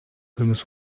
filmes